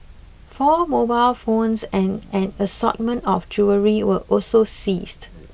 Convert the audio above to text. four mobile phones and an assortment of jewellery were also seized